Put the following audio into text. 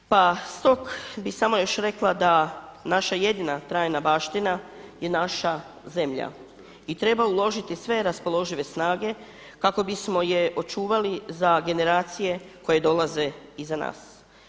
Pa stoga bih samo još rekla da naša jedina trajna baština je naša zemlja i treba uložiti sve raspoložive snage kako bismo je očuvali za generacije koje dolaze iza nas.